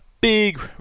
big